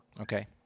Okay